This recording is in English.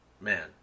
man